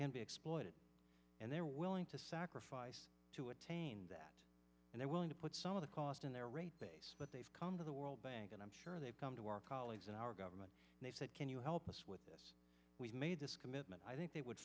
can be exploited and they're willing to sacrifice to attain that and they're willing to put some of the cost in their rate base but they've come to the world bank and i'm sure they've come to our colleagues in our government and they said can you help us with this we've made this commitment i think they would